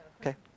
okay